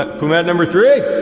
but pumat number three?